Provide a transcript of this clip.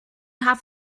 have